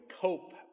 cope